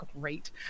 great